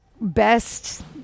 Best